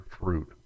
fruit